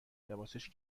لباسش